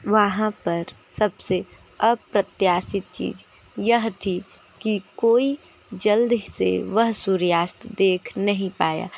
वहाँ पर सबसे अप्रत्याशित चीज यह थी कि कोई जल्दी से वह सूर्यास्त देख नहीं पाया